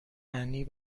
همیشه